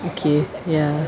okay ya